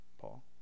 Paul